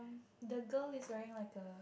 the girl is wearing like a